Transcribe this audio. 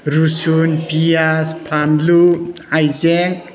रुसुन पियाज फान्लु हाइजें